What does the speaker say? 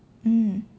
mm